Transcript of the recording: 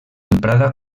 emprada